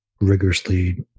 rigorously